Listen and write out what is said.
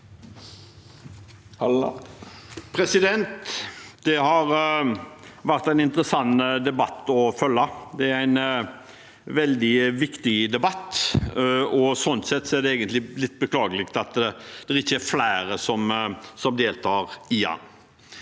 Det har vært en interessant debatt å følge. Det er en veldig viktig debatt, og sånn sett er det egentlig litt beklagelig at det ikke er flere som deltar i den.